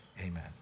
Amen